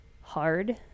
hard